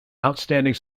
outstanding